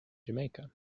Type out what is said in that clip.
jamaica